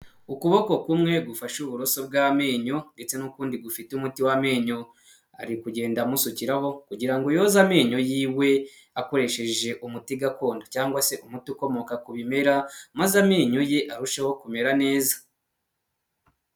Ukuboko kumwe gufashe uburoso bw'amenyo ndetse n'ukundi gufite umuti w'amenyo, ari kugenda amusukiraraho, kugira ngo yoze amenyo yiwe akoresheje umuti gakondo, cyangwa se umuti ukomoka ku bimera maze amenyo ye arusheho kumera neza.